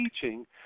teaching